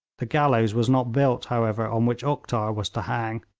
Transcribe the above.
the gallows was not built, however, on which uktar was to hang,